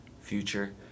future